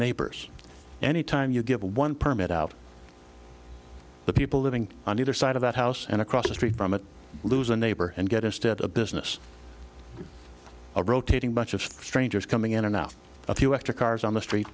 neighbors any time you get one permit out the people living on the other side of that house and across the street from it lose a neighbor and get us to a business a rotating bunch of strangers coming in and out a few extra cars on the street